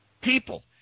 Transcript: people